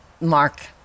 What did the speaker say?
Mark